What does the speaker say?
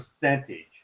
percentage